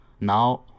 Now